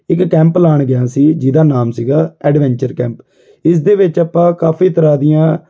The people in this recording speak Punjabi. ਇੱਕ ਕੈਂਪ ਲਗਾਉਣ ਗਿਆ ਸੀ ਜਿਹਦਾ ਨਾਮ ਸੀਗਾ ਐਡਵੈਂਚਰ ਕੈਂਪ ਇਸਦੇ ਵਿੱਚ ਆਪਾਂ ਕਾਫ਼ੀ ਤਰ੍ਹਾਂ ਦੀਆਂ